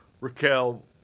Raquel